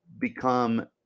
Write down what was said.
become